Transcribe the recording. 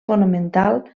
fonamental